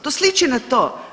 To sliči na to.